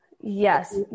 Yes